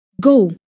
Go